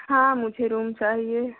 हाँ मुझे रूम चाहिए